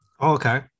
Okay